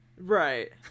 Right